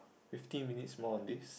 fifty minutes more of this